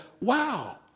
Wow